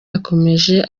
yakomeje